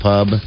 Pub